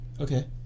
Okay